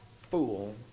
fool